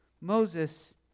Moses